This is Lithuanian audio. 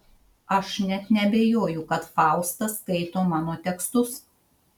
aš net neabejoju kad fausta skaito mano tekstus